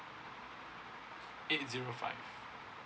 eight zero five